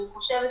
ואני חושבת,